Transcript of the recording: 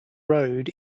road